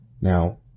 Now